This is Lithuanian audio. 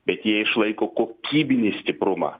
bet jie išlaiko kokybinį stiprumą